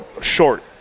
short